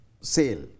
sale